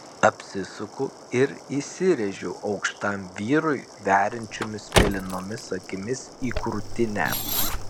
apsisuku ir įsirėžiu aukštam vyrui veriančiomis mėlynomis akimis į krūtinę